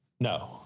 No